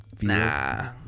Nah